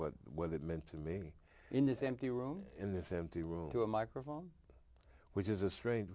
what what it meant to me in that empty room in this empty room to a microphone which is a strange